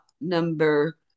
number